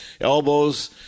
elbows